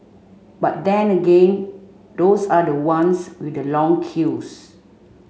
but then again those are the ones with the long queues